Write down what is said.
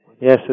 Yes